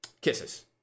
Kisses